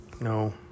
No